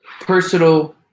personal